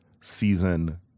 season